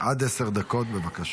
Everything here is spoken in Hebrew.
עד עשר דקות, בבקשה.